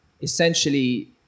essentially